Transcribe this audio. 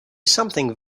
something